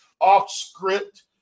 off-script